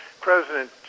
President